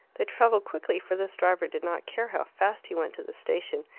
they travelled quickly, for this driver did not care how fast he went to the station,